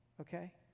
okay